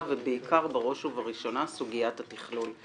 ובעיקר בראש ובראשונה לסוגיית התכלול.